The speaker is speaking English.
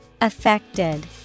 Affected